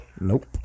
Nope